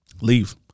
leave